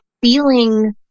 Feeling